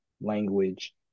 language